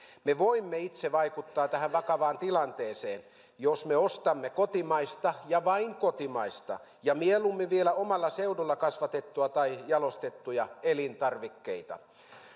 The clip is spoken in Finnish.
me voimme itse vaikuttaa tähän vakavaan tilanteeseen jos me ostamme kotimaista ja vain kotimaista ja mieluummin vielä omalla seudulla kasvatettuja tai jalostettuja elintarvikkeita